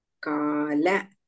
Kala